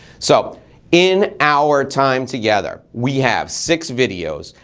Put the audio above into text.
so in our time together, we have six videos.